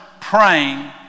praying